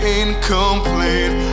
incomplete